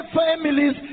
families